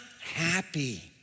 happy